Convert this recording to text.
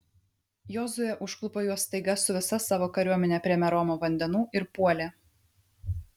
jozuė užklupo juos staiga su visa savo kariuomene prie meromo vandenų ir puolė